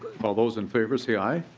all those in favor say aye.